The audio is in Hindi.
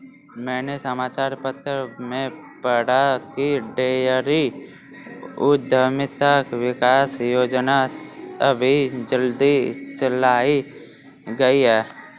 मैंने समाचार पत्र में पढ़ा की डेयरी उधमिता विकास योजना अभी जल्दी चलाई गई है